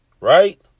right